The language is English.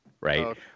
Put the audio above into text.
right